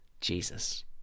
Jesus